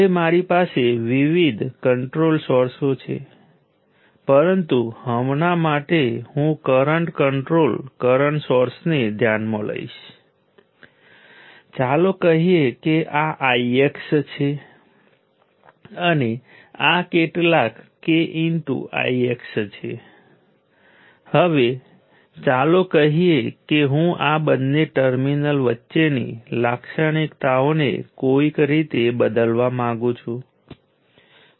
જો તમારી પાસે બે ટર્મિનલ વાળા એલિમેન્ટ હોય તો પ્રથમ આપણે પેસિવ સાઇન કન્વેન્શન અનુસાર વોલ્ટેજ અને કરંટને વ્યાખ્યાયિત કરીશું એટલે કે આપણે કરંટને ટર્મિનલમાં જતા તરીકે લઈએ છીએ જે વોલ્ટેજ માટે પોઝિટિવ તરીકે વ્યાખ્યાયિત કરવામાં આવે છે